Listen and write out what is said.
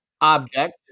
object